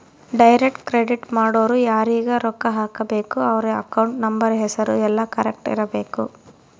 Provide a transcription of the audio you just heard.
direct credit ಮಾಡೊರು ಯಾರೀಗ ರೊಕ್ಕ ಹಾಕಬೇಕು ಅವ್ರ ಅಕೌಂಟ್ ನಂಬರ್ ಹೆಸರು ಯೆಲ್ಲ ಕರೆಕ್ಟ್ ಇರಬೇಕು